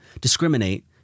discriminate